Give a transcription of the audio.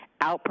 out